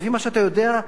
לפי מה שאתה יודע,